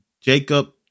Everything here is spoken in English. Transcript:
Jacob